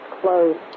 closed